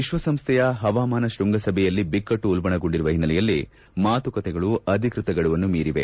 ವಿಶ್ವಸಂಸ್ಥೆಯ ಹವಾಮಾನ ಶೃಂಗಸಭೆಯಲ್ಲಿ ಬಿಕ್ಕಟ್ಟು ಉಲ್ಪಣಗೊಂಡಿರುವ ಹಿನ್ನೆಲೆಯಲ್ಲಿ ಮಾತುಕತೆಗಳು ಅಧಿಕೃತ ಗಡುವನ್ನು ಮೀರಿವೆ